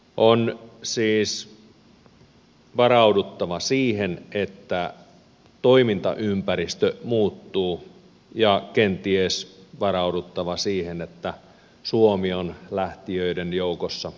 on siis varauduttava siihen että tomintaympäristö muuttuu ja kenties varauduttava siihen että suomi on lähtijöiden joukossa valuutan vaihtajien joukossa